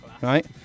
right